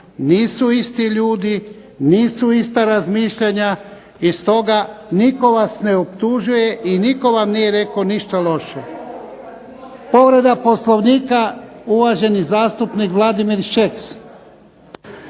nisu isti ljudi, nisu ista razmišljanja i stoga nitko vas ne optužuje i nitko vam nije rekao ništa loše. Povreda Poslovnika, uvaženi zastupnik Vladimir Šeks.